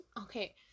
okay